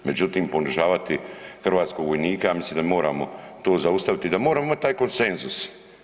Međutim, ponižavati hrvatskog vojnika mislim da moramo to zaustaviti i da moramo imati taj konsenzus.